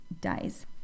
dies